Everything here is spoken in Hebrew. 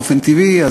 באופן טבעי,